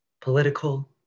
political